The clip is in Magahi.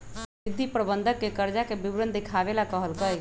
रिद्धि प्रबंधक के कर्जा के विवरण देखावे ला कहलकई